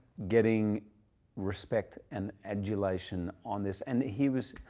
getting respect and adulation on this, and he was,